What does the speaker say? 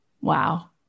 wow